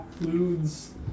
includes